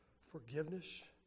forgiveness